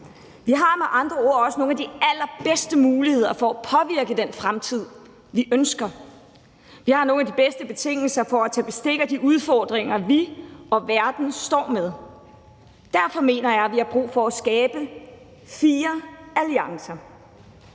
Vi har med andre ord også nogle af de allerbedste muligheder for at påvirke den fremtid, vi ønsker. Vi har nogle af de bedste betingelser for at tage bestik af de udfordringer, vi og verden står over for. Derfor mener jeg, at vi har brug for at skabe fire alliancer